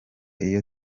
iyo